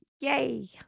Yay